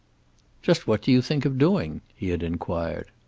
just what do you think of doing? he had inquired.